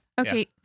okay